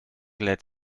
lädt